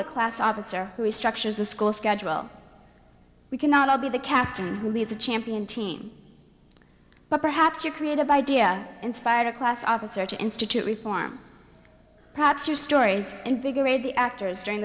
the class officer who restructures the school schedule we cannot all be the captain who leads a champion team but perhaps your creative idea inspired a class officer to institute reform perhaps your stories invigorated the actors during